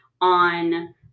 on